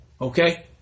Okay